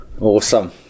awesome